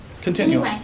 Continue